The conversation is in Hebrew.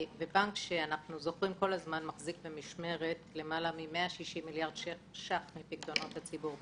זה בנק שמחזיק במשמרת למעלה מ-160 מיליארד ₪ מפיקדונות הציבור בישראל.